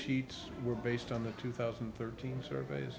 sheets were based on the two thousand and thirteen survey